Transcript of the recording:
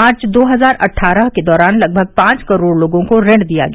मार्च दो हजार अट्ठारह के दौरान लगभग पांच करोड़ लोगों को ऋण दिया गया